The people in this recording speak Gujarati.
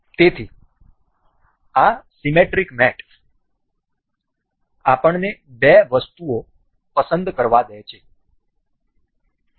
તેથી આ સીમેટ્રિક મેટ આપણને બે વસ્તુઓ પસંદ કરવા દે છે